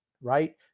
right